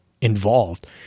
involved